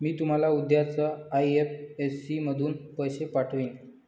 मी तुम्हाला उद्याच आई.एफ.एस.सी मधून पैसे पाठवीन